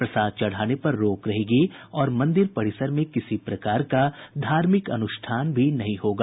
प्रसाद चढ़ाने पर रोक रहेगी और मंदिर परिसर में किसी प्रकार का धार्मिक अनुष्ठान भी नहीं होगा